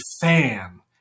fan